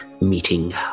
meeting